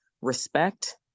respect